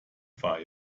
war